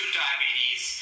diabetes